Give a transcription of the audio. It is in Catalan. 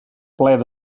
plaer